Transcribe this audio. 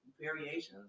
variations